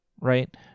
right